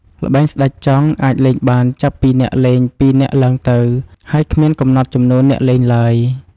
ល្បែងស្តេចចង់អាចលេងបានចាប់ពីអ្នកលេងពីរនាក់ឡើងទៅ ហើយគ្មានកំណត់ចំនួនអ្នកលេងឡើយ។